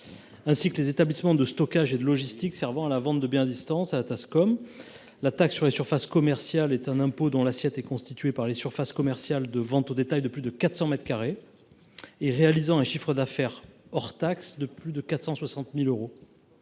ainsi que les établissements de stockage et de logistique servant à la vente de biens à distance à la taxe sur les surfaces commerciales (Tascom). Il s’agit d’un impôt dont l’assiette est constituée par les surfaces commerciales de vente au détail de plus de 400 mètres carrés réalisant un chiffre d’affaires hors taxe de plus de 460 000 euros.